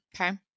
Okay